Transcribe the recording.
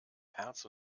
herz